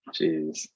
Jeez